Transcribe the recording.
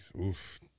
Oof